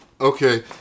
Okay